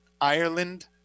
Ireland